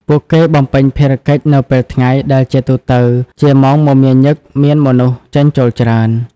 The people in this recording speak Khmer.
ពួកគេបំពេញភារកិច្ចនៅពេលថ្ងៃ ដែលជាទូទៅជាម៉ោងមមាញឹក មានមនុស្សចេញចូលច្រើន។